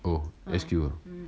oh S_Q ah